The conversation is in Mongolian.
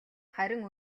харин